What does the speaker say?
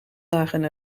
lagen